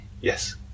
Yes